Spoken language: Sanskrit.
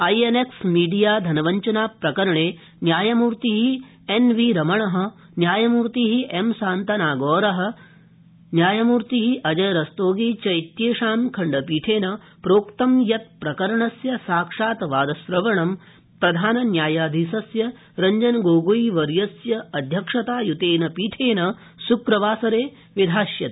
आई एन एक्स मीडिया धनवञ्चना प्रकरणे न्यायमूर्ति एनबी रमण न्यायमूर्ति एम शान्तनागौडर न्यायमूर्ति अजयरस्तोगी चेत्येषां खण्डपीठेन प्रोक्तं यत् प्रकरणस्य साक्षात् वादश्रवणं प्रधान न्यायाधीशस्य रञ्जन गोगोई वर्यस्य पीठेन श्क्रवासरे विधास्यते